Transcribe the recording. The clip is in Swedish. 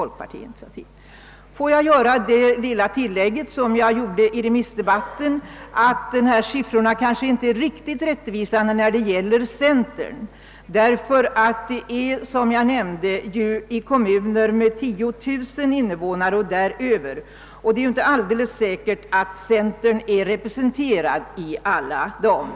Låt mig göra samma tillägg nu som jag gjorde i remissdebatten, nämligen att dessa siffror kanske inte är riktigt rättvisande när det gäller centern, därför att det är, som jag nämnde, i kommuner med 10 000 invånare och däröver som undersökningen gjorts, och det är ju inte alldeles säkert att centern är representerad i alla dem.